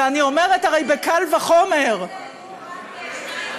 ואני אומרת, הרי קל וחומר, סליחה?